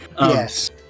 Yes